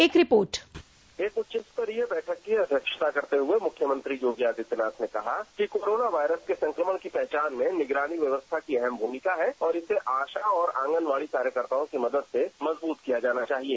एक रिपोर्ट एक उच्च स्तरीय बैठक की अध्यक्षता करते हुए मुख्यमंत्री योगी आदित्यनाथ ने कहा कि कोरोना वायरस के संक्रमण की पहचान में निगरानी व्यवस्था की अहम भूमिका है और इसे आशा तथा आंगनवाड़ी कार्यकर्ताओं की मदद से मजबूत किया जाना चाहिए